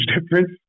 difference